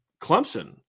Clemson